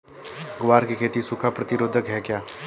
ग्वार की खेती सूखा प्रतीरोधक है क्या?